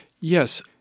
Yes